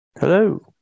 Hello